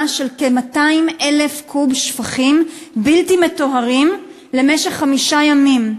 של כ-200,000 קוב שפכים בלתי מטוהרים למשך חמישה ימים,